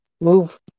move